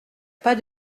pas